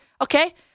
okay